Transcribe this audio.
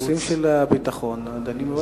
בנושאים של ביטחון דנים בוועדת חוץ וביטחון.